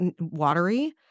watery